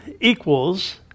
equals